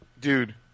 Dude